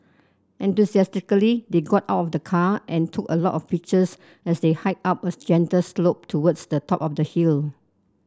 enthusiastically they got of the car and took a lot of pictures as they hiked up a gentle slope towards the top of the hill